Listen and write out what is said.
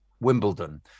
Wimbledon